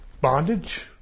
bondage